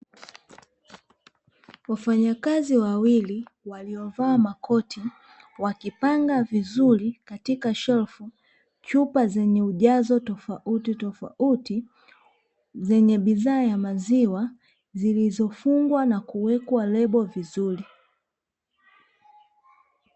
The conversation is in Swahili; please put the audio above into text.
Wafanyakazi wawili waliovaa makoti wakipanga vizuri katika shelfu chupa zenye ujazo tofautitofauti, zenye bidhaa ya maziwa zilizofungwa na kuwekwa lebo vizuri.